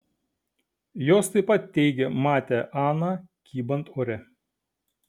jos taip pat teigė matę aną kybant ore